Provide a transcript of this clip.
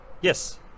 Yes